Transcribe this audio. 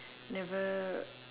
never